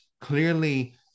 clearly